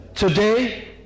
Today